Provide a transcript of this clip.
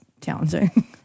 challenging